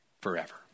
forever